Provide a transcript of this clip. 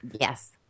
Yes